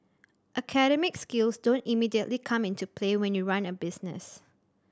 academic skills don't immediately come into play when you run a business